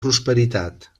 prosperitat